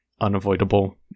unavoidable